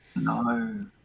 No